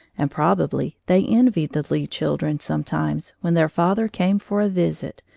and probably they envied the lee children sometimes when their father came for a visit,